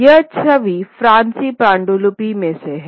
यह छवि फारसी पांडुलिपि में से हैं